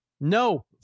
No